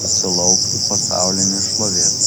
susilauktų pasaulinės šlovės